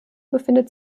befindet